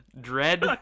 Dread